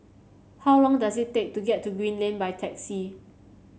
how long does it take to get to Green Lane by taxi